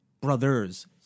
Brothers